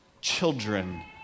children